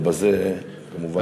ובזה נסתפק.